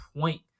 point